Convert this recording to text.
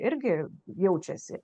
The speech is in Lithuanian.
irgi jaučiasi